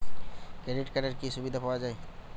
Credit কার্ডের কি কি সুবিধা পাওয়া যায়?